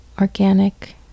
organic